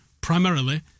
primarily